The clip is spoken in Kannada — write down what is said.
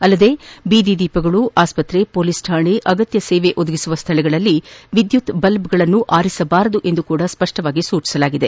ಅಲ್ಲದೆ ಬೀದಿ ದೀಪಗಳು ಆಸ್ಪತ್ರೆ ಪೊಲೀಸ್ ಕಾಣೆ ಅಗತ್ತ ಸೇವೆ ಒದಗಿಸುವ ಸ್ಥಳಗಳಲ್ಲಿ ವಿದ್ದುತ್ ದೀಪಗಳನ್ನು ಆರಿಸಬಾರದು ಎಂದು ಸ್ವಷ್ಟ ಸೂಚನೆ ನೀಡಲಾಗಿದೆ